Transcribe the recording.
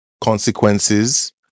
consequences